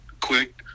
quick